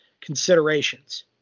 considerations